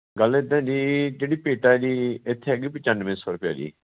ਗੱਲ ਇੱਦਾਂ ਜੀ ਜਿਹੜੀ ਭੇਟਾ ਜੀ ਇੱਥੇ ਹੈਗੀ ਪਚਾਨਵੇਂ ਸੋ ਰੁਪਈਆ ਜੀ